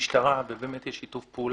למשל, באזורי בנימין,